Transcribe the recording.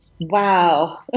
Wow